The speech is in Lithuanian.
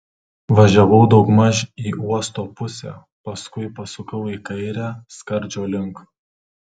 važiavau daugmaž į uosto pusę paskui pasukau į kairę skardžio link